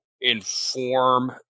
inform